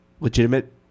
legitimate